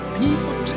people